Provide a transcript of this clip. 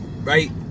Right